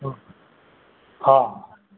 हा